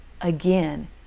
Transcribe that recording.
Again